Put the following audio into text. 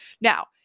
Now